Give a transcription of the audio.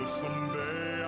someday